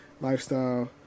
lifestyle